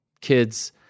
kids –